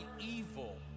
evil